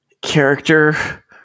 character